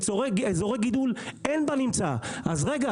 ואין בנמצא אזורי גידול.